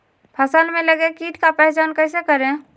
फ़सल में लगे किट का पहचान कैसे करे?